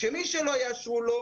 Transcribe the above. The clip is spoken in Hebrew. שמי שלא יאשרו לו,